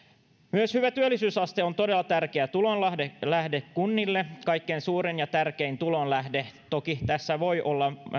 myös hyvä työllisyysaste on todella tärkeä tulonlähde kunnille kaikkein suurin ja tärkein tulonlähde toki tässä voi olla